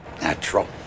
Natural